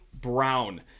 Brown